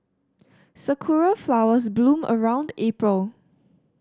sakura flowers bloom around April